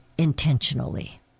Intentionally